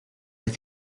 del